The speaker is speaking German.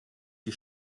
die